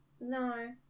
No